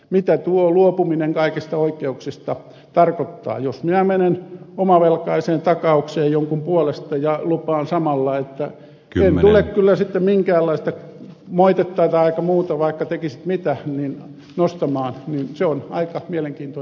mitä tuo luopuminen kaikista oikeuksista tarkoittaa jos minä menen omavelkaiseen takaukseen jonkun puolesta ja lupaan samalla että kyllä minulle tulee sitten minkäänlaista moitetta tai muuta vaikka tekisit mitä nostamaan niin se on aito mielenkiinto